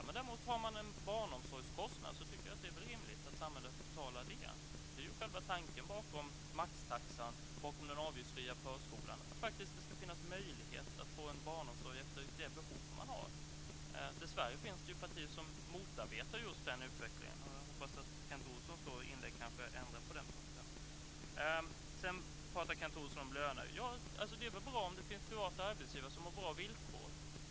Om man däremot har en barnomsorgskostnad tycker jag att det är rimligt att samhället betalar det. Själva tanken bakom maxtaxan och den avgiftsfria förskolan är att det ska finnas möjlighet att få barnomsorg efter de behov man har. Dessvärre finns det partier som motarbetar just den utvecklingen, och jag hoppas att Kent Olsson i nästa inlägg kan ändra på det. Sedan talade Kent Olsson om löner. Ja, det är väl bra om det finns privata arbetsgivare som har bra villkor.